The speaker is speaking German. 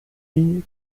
jury